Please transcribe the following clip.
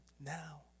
now